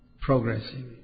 progressing